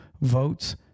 votes